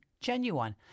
Genuine